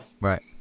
right